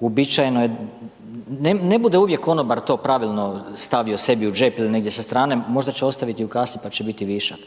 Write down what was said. uobičajeno je, ne bude uvijek konobar to pravilno stavio sebi u džep, ili negdje sa strane, možda će ostaviti u kasi pa će biti višak.